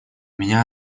меня